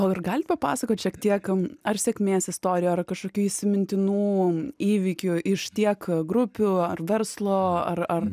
o ir gali papasakot šiek tiek ar sėkmės istorijų ar kažkokių įsimintinų įvykių iš tiek grupių ar verslo ar